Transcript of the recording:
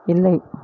இல்லை